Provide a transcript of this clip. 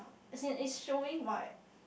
as in it's showing what